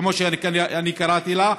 כמו שאני קראתי לה,